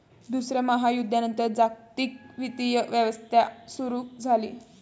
दुसऱ्या महायुद्धानंतर जागतिक वित्तीय व्यवस्था सुरू झाली